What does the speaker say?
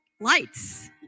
lights